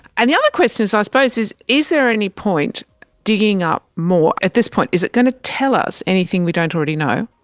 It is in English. and the other question i ah suppose is is there any point digging up more? at this point is it going to tell us anything we don't already know,